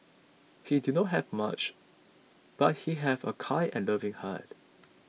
he did not have much but he have a kind and loving heart